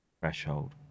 threshold